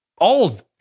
Old